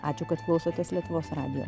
ačiū kad klausotės lietuvos radijo